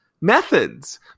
methods